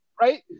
Right